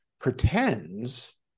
pretends